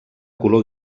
color